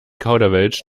kauderwelsch